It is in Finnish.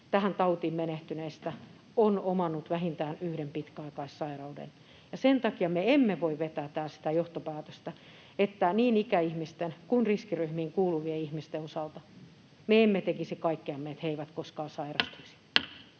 tähän tautiin menehtyneistä on omannut vähintään yhden pitkäaikaissairauden, ja sen takia me emme voi vetää täällä sitä johtopäätöstä, että niin ikäihmisten kuin riskiryhmiin kuuluvien ihmisten osalta me emme tekisi kaikkeamme, että he eivät koskaan sairastuisi.